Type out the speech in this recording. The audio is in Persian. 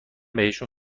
بهشون